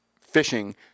fishing